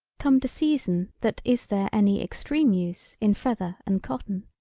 come to season that is there any extreme use in feather and cotton.